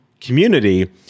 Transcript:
community